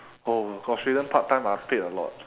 oh my gosh australian part time are paid a lot